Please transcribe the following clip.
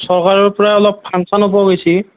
চৰকাৰৰ পৰা অলপ গেছি